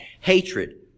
hatred